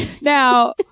now